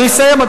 נא לסיים.